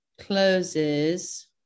closes